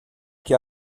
que